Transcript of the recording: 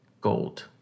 gold